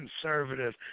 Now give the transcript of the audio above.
conservative